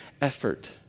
effort